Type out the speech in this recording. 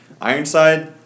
Ironside